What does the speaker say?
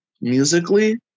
musically